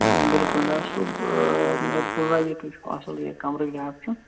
آ بلکُل ڈاکٹر صٲب مےٚ بوزے یہِ تُہۍ چھُو اَصٕل یہِ کَمرٕکۍ ڈاکٹر